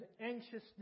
anxiousness